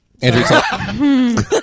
Andrew